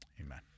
Amen